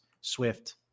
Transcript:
swift